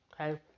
Okay